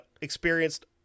experienced